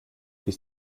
ist